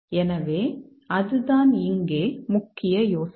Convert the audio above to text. எனவே அதுதான் இங்கே முக்கிய யோசனை